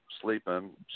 sleeping